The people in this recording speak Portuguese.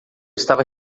estava